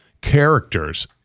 characters